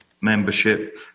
membership